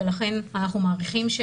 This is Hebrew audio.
ולכן אנחנו מעריכים,